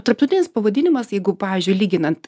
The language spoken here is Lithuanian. tarptautinis pavadinimas jeigu pavyzdžiui lyginant